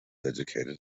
educated